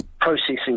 processing